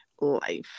life